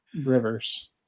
Rivers